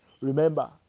remember